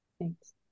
Thanks